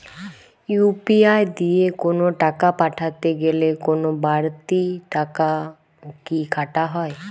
UPI দিয়ে কোন টাকা পাঠাতে গেলে কোন বারতি টাকা কি কাটা হয়?